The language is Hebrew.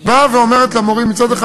באה ואומרת למורים: מצד אחד,